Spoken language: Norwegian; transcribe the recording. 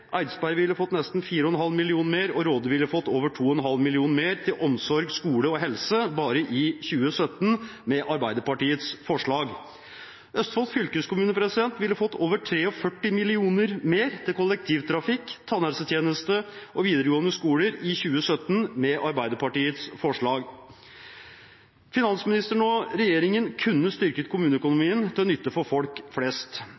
Eidsberg ville fått nesten 4,5 mill. kr mer, og Råde ville ha fått over 2,5 mill. kr mer til omsorg, skole og helse bare i 2017 med Arbeiderpartiets forslag. Østfold fylkeskommune ville ha fått over 43 mill. kr mer til kollektivtrafikk, tannhelsetjeneste og videregående skoler i 2017 med Arbeiderpartiets forslag. Finansministeren og regjeringen kunne styrket kommuneøkonomien til nytte for folk flest.